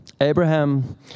Abraham